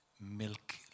milk